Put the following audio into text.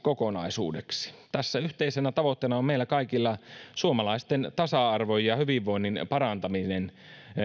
kokonaisuudeksi tässä yhteisenä tavoitteena on meillä kaikilla suomalaisten tasa arvon ja hyvinvoinnin parantaminen